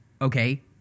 okay